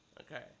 Okay